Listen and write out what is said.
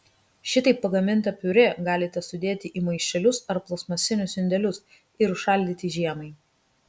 šitaip pagamintą piurė galite sudėti į maišelius ar plastmasinius indelius ir užšaldyti žiemai